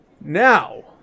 Now